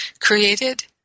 Created